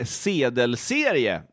sedelserie